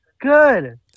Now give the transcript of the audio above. Good